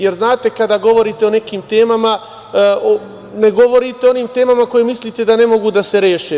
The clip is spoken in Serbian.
Jer, znate, kada govorite o nekim temama, ne govorite o onim temama za koje mislite da ne mogu da se reše.